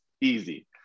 easy